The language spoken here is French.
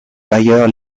bayer